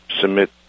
submit